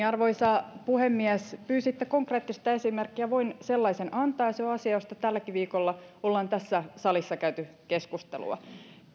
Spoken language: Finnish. arvoisa puhemies pyysitte konkreettista esimerkkiä voin sellaisen antaa ja se on asia josta tälläkin viikolla ollaan tässä salissa käyty keskustelua